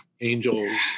angels